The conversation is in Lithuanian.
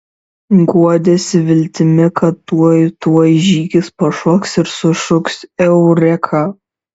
guodėsi viltimi kad tuoj tuoj žygis pašoks ir sušuks eureka